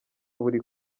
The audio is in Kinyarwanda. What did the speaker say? buri